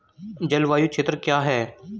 जलवायु क्षेत्र क्या है?